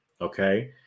okay